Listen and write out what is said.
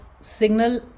signal